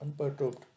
unperturbed